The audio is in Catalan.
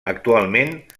actualment